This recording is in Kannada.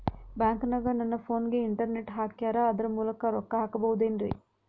ಬ್ಯಾಂಕನಗ ನನ್ನ ಫೋನಗೆ ಇಂಟರ್ನೆಟ್ ಹಾಕ್ಯಾರ ಅದರ ಮೂಲಕ ರೊಕ್ಕ ಹಾಕಬಹುದೇನ್ರಿ?